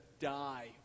die